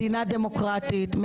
מדינה דמוקרטית,